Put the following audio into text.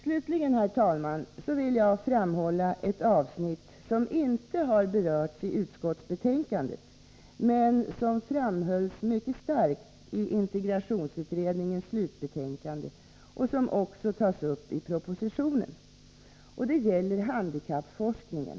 Slutligen, herr talman, vill jag peka på ett avsnitt som inte berörts i utskottsbetänkandet men som framhålls mycket starkt i integrationsutredningens slutbetänkande samt även tas upp i propositionen. Det gäller handikappforskningen.